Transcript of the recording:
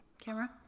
camera